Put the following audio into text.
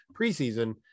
preseason